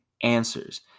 answers